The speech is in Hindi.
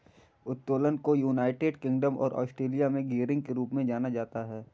उत्तोलन को यूनाइटेड किंगडम और ऑस्ट्रेलिया में गियरिंग के रूप में जाना जाता है